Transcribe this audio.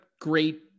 great